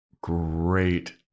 great